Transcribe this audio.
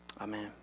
Amen